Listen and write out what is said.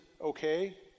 okay